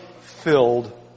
filled